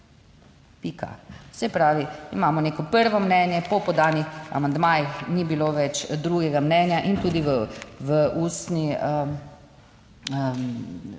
Se pravi, imamo neko prvo mnenje, po podanih amandmajih ni bilo več drugega mnenja in tudi v ustno